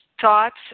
thoughts